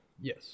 Yes